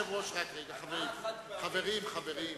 חברים,